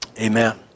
amen